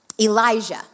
Elijah